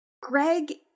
Greg